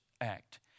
act